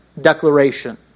declaration